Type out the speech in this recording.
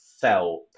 fell